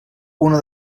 una